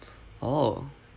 oh